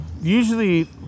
Usually